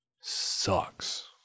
sucks